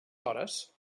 hores